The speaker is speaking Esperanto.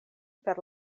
per